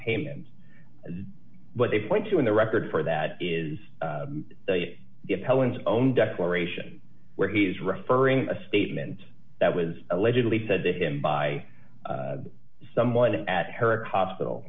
payment but they point to in the record for that is helen's own declaration where he is referring to a statement that was allegedly said to him by someone at her hospital